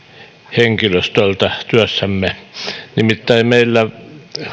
henkilöstöltä työssämme nimittäin meillä